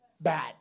bad